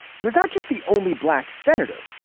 he was not just the only black senator.